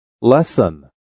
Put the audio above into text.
lesson